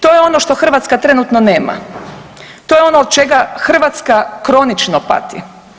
To je ono što Hrvatska trenutno nema, to je ono od čega Hrvatska kronično pati.